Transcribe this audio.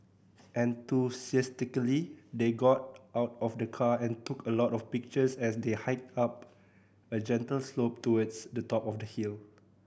enthusiastically they got out of the car and took a lot of pictures as they hiked up a gentle slope towards the top of the hill